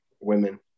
Women